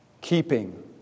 Keeping